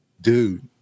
Dude